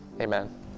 amen